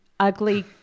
ugly